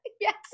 Yes